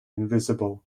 invincible